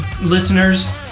listeners